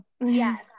Yes